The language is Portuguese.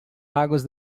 águas